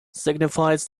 signifies